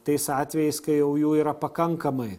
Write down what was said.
tais atvejais kai jau jų yra pakankamai